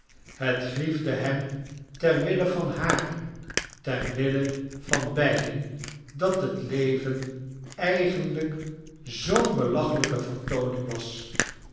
het griefde hetn ter wille van haar ter wille van beiden dat het leven edgenlijk zoo'n belachelijke vertooning was